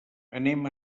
anem